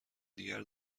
دیگر